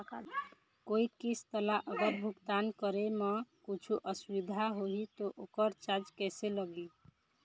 कोई किस्त ला अगर भुगतान करे म कुछू असुविधा होही त ओकर चार्ज कैसे लगी?